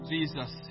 Jesus